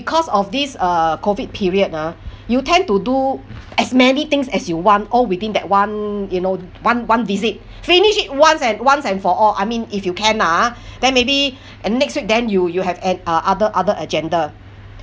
because of this uh COVID period ah you tend to do as many things as you want all within that one you know one one visit finish it once and once and for all I mean if you can lah ah then maybe and next week then you you have an uh other other agenda